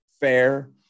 fair